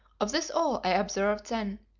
of this all i observed then,